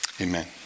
amen